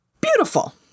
Beautiful